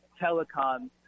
telecoms